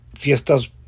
fiestas